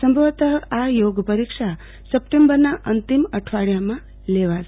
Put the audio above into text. સંભવતઃ આ યોગ પરિક્ષા સપ્ટેમ્બરના અંતિમ અઠવાડિયામાં લેવાશે